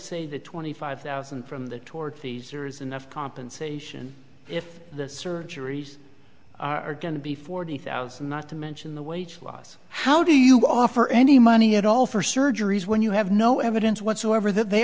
say the twenty five thousand from the tortfeasor is enough compensation if the surgeries are going to be forty thousand not to mention the wage loss how do you offer any money at all for surgeries when you have no evidence whatsoever that they